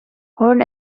horn